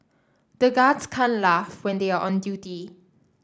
the guards can't laugh when they are on duty